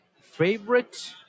favorite